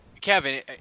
Kevin